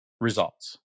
results